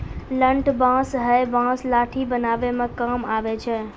लठ बांस हैय बांस लाठी बनावै म काम आबै छै